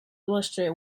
illustrate